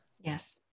Yes